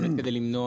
באמת כדי למנוע,